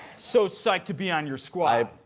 so psyched to be on your squad.